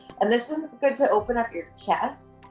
and this is good to open up your chest.